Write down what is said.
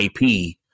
IP